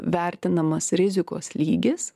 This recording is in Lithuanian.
vertinamas rizikos lygis